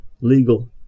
legal